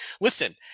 Listen